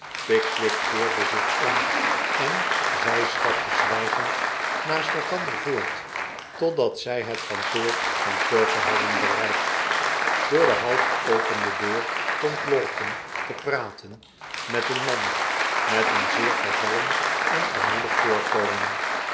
pickwick keerde zich om en zij stapten zwijgend naast elkander voort totdat zij het kantoor van perker hadden bereikt door de half geopende deur stond lowten te praten met een man met een zeervervallen en armoedig voorkomen